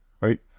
right